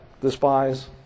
despise